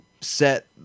set